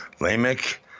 Lamech